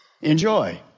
enjoy